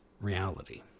reality